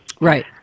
right